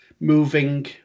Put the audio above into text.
moving